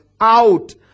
out